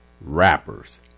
rappers